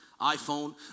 iPhone